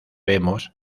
vemos